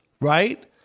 right